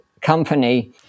company